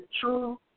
true